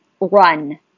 run